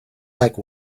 like